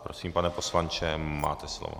Prosím, pane poslanče, máte slovo.